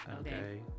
Okay